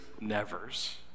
nevers